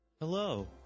Hello